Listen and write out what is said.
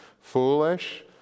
foolish